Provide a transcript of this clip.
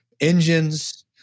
engines